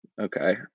Okay